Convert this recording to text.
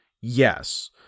Yes